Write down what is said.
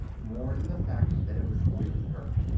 more than the fact that it was really hurt.